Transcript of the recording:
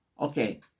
Okay